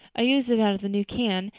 i used it out of the new can.